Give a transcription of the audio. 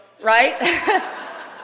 right